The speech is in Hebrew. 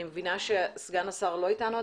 אני מבינה שסגן השר עדיין לא איתנו.